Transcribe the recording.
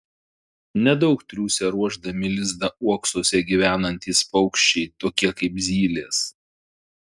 nedaug triūsia ruošdami lizdą uoksuose gyvenantys paukščiai tokie kaip zylės